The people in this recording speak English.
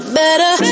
better